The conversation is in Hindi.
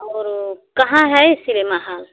और ओ कहाँ है सिलेमा हाल